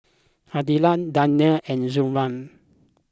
Aidil Daniel and Zamrud